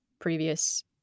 previous